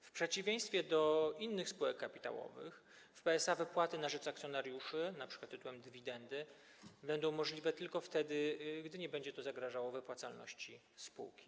W przeciwieństwie do innych spółek kapitałowych w PSA wypłaty na rzecz akcjonariuszy, np. tytułem dywidendy, będą możliwe tylko wtedy, gdy nie będzie to zagrażało wypłacalności spółki.